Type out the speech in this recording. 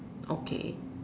okay